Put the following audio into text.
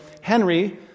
Henry